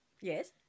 yes